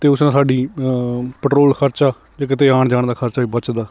ਅਤੇ ਉਸ ਨਾਲ ਸਾਡੀ ਪੈਟਰੋਲ ਖਰਚਾ ਜਾਂ ਕਿਤੇ ਆਉਣ ਜਾਣ ਦਾ ਖਰਚਾ ਵੀ ਬਚਦਾ